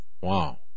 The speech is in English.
Wow